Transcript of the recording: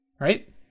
right